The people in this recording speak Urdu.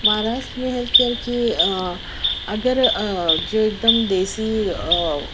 مہاراشٹر میں ہیلتھ کیئر کی اگر جو ایک دم دیشی